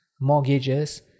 mortgages